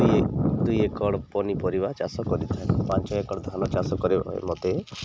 ଦୁଇ ଦୁଇ ଏକର ପନିପରିବା ଚାଷ କରିଥାଏ ପାଞ୍ଚ ଏକର ଧାନ ଚାଷ କରିବା ମୋତେ